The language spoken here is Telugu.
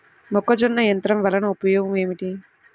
మొక్కజొన్న యంత్రం వలన ఉపయోగము ఏంటి?